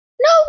no